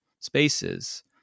spaces